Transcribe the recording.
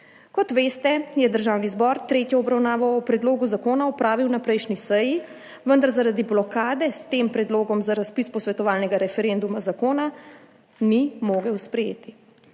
Kot veste, je Državni zbor tretjo obravnavo o predlogu zakona opravil na prejšnji seji, vendar zaradi blokade s tem predlogom za razpis posvetovalnega referenduma zakona ni mogel sprejeti.